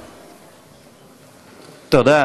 תודה.